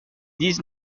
dix